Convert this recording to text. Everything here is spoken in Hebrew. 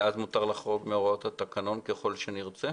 ואז מותר לחרוג מהוראות התקנון ככל שנרצה?